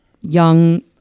young